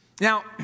now